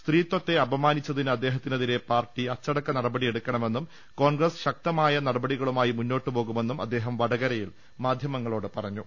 സ്ത്രീത്വത്തെ അപ മാനിച്ചതിന് അദ്ദേഹത്തിനെതിരെ പാർട്ടി അച്ചടക്ക നടപടിയെടു ക്കണമെന്നും കോൺഗ്രസ് ശക്തമായ നടപടികളുമായി മുന്നോട്ട് പോകുമെന്നും അദ്ദേഹം വടകരയിൽ മാധ്യമങ്ങളോട് പറഞ്ഞു